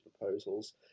proposals